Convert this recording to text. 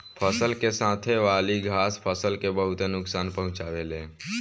फसल के साथे वाली घास फसल के बहुत नोकसान पहुंचावे ले